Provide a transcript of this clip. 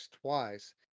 twice